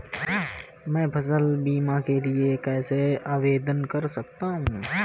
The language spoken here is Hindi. मैं फसल बीमा के लिए कैसे आवेदन कर सकता हूँ?